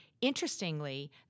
interestingly